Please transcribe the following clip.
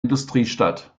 industriestadt